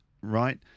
Right